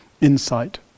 insight